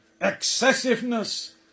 excessiveness